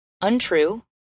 untrue